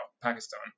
Pakistan